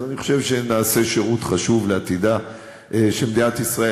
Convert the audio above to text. אני חושב שנעשה שירות חשוב לעתידה של מדינת ישראל.